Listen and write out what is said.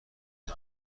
نمی